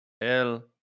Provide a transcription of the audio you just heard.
El